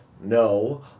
no